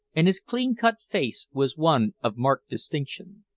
and his clean-cut face was one of marked distinction.